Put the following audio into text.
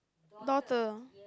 daughter